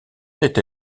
n’est